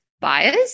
Buyers